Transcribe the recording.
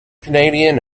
canadian